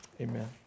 amen